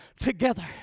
together